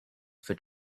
for